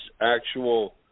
actual